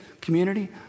community